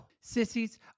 Sissies